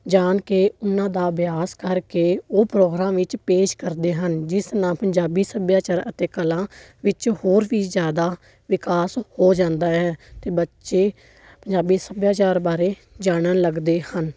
ਜਾਣ ਕੇ ਉਹਨਾਂ ਦਾ ਅਭਿਆਸ ਕਰਕੇ ਉਹ ਪ੍ਰੋਗਰਾਮ ਵਿੱਚ ਪੇਸ਼ ਕਰਦੇ ਹਨ ਜਿਸ ਨਾਲ ਪੰਜਾਬੀ ਸੱਭਿਆਚਾਰ ਅਤੇ ਕਲਾ ਵਿੱਚ ਹੋਰ ਵੀ ਜ਼ਿਆਦਾ ਵਿਕਾਸ ਹੋ ਜਾਂਦਾ ਹੈ ਅਤੇ ਬੱਚੇ ਪੰਜਾਬੀ ਸੱਭਿਆਚਾਰ ਬਾਰੇ ਜਾਣਨ ਲੱਗਦੇ ਹਨ